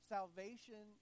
Salvation